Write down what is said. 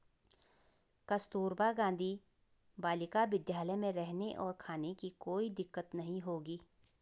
कस्तूरबा गांधी बालिका विद्यालय में रहने और खाने की कोई दिक्कत नहीं होगी